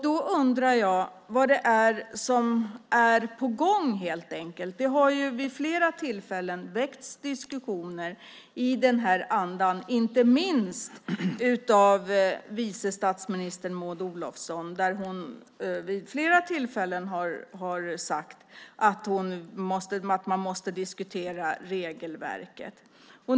Då undrar jag vad det är som är på gång helt enkelt. Det har ju vid flera tillfällen väckts diskussioner i den här andan, inte minst av vice statsminister Maud Olofsson som vid flera tillfällen har sagt att man måste diskutera regelverket.